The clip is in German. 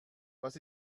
was